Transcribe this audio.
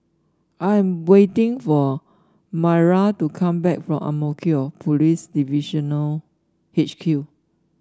I am waiting for Myra to come back from Ang Mo Kio Police Divisional H Q